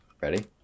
Ready